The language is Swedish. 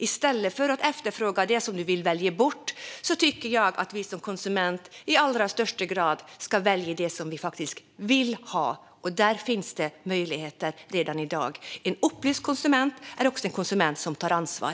I stället för att efterfråga det som vi vill välja bort tycker jag att vi som konsumenter i allra högsta grad ska välja det som vi faktiskt vill ha, och den möjligheten finns redan i dag. En upplyst konsument är också en konsument som tar ansvar.